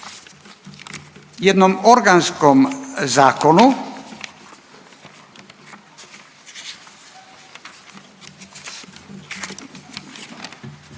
jednom organskom zakonu,